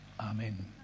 Amen